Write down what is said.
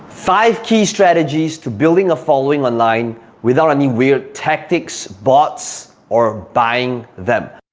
five key strategies to building a following online without any weird tactics, bots, or buying them.